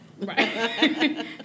Right